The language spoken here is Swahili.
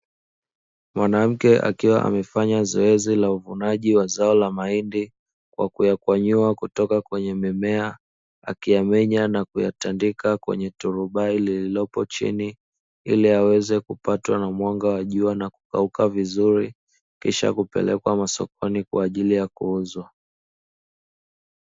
Mwanamke akiwa amefanya zoezi la uvunaji wa zao la mahindi kwa kuyakkwanyua kutoka kwenye mimea, akiyamenya na kutandika kwenye turubai lililopo chini ili yaweze kupatwa na mwanga wa jua, na kukauka vizuri kisha kupelekwa masokoni kwa ajili ya kuuzwa.